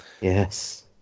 Yes